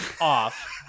off